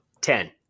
Ten